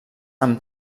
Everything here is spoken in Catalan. amb